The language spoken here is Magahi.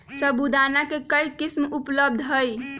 साबूदाना के कई किस्म उपलब्ध हई